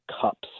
cups